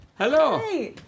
Hello